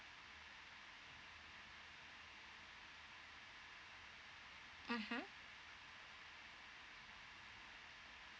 mmhmm